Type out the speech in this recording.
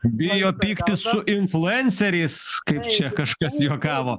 bijo pyktis su influenceriais kaip čia kažkas juokavo